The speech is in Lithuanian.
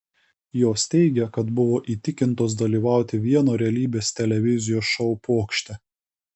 jos teigia kad buvo įtikintos dalyvauti vieno realybės televizijos šou pokšte